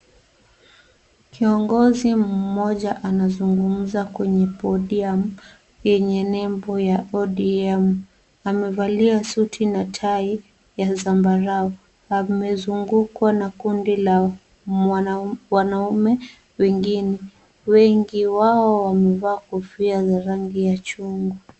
Kiongozi mmoja anazungumza kwenye podium yenye nembo ya ODM. Amevalia suti na tai ya zambarau. Amezungukwa na kundi la wanaume wengine. Wengi wao wamevaa kofia za rangi ya chungwa.